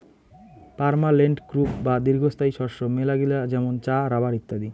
permanent crop বা দীর্ঘস্থায়ী শস্য মেলাগিলা যেমন চা, রাবার ইত্যাদি